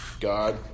God